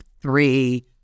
three